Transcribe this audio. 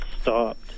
stopped